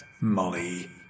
Molly